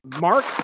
Mark